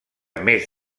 més